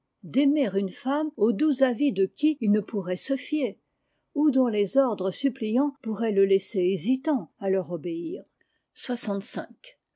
d'aimer une femme aux doux avis de qui il ne pourrait se fier ou dont les ordres suppliants pourraient le laisser hésitant à leur obéir